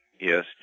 Yes